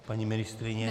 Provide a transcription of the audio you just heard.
Paní ministryně?